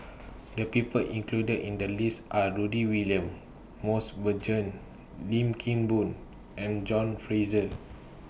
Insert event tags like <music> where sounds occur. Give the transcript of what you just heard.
<noise> The People included in The list Are Rudy William Mosbergen Lim Kim Boon and John Fraser